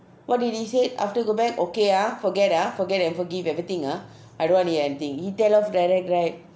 what did he said after go back okay ah forget ah forget and forgive everything ah I don't want to hear anything he tell off direct right